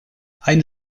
einen